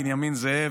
בנימין זאב,